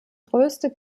größte